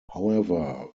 however